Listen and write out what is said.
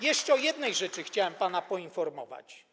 Jeszcze o jednej rzeczy chciałem pana poinformować.